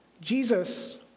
Jesus